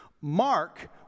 Mark